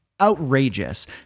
outrageous